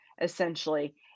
essentially